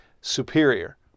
superior